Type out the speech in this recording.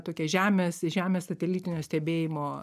tokie žemės žemės satelitinio stebėjimo